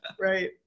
right